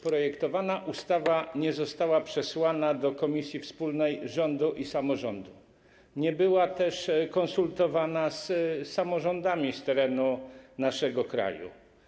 Projektowana ustawa nie została przesłana do Komisji Wspólnej Rządu i Samorządu Terytorialnego, nie była też konsultowana z samorządami z terenu naszego kraju.